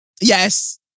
Yes